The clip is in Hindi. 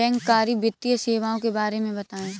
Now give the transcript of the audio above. बैंककारी वित्तीय सेवाओं के बारे में बताएँ?